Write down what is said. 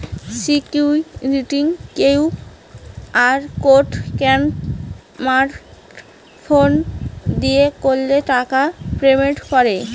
security QR code scan smart phone দিয়ে করলে টাকা পেমেন্ট করে